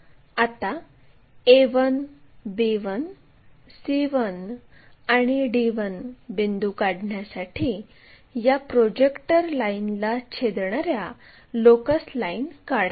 आता a1 b1 c1 आणि d1 बिंदू काढण्यासाठी या प्रोजेक्टर लाइनला छेदणार्या लोकस लाईन काढा